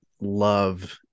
love